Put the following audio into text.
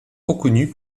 reconnue